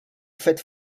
fête